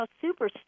super